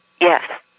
yes